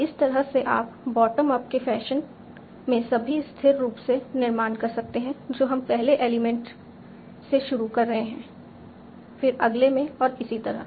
तो इस तरह से आप बॉटम अप के फैशन में सभी स्थिर रूप से निर्माण कर सकते हैं जो हम पहले एलिमेंट से शुरू कर रहे हैं फिर अगले में और इसी तरह